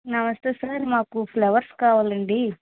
నమస్తే సార్ మాకు ఫ్లవర్స్ కావాలండీ